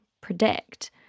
predict